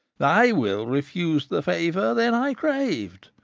thy will refused the favor then i craved.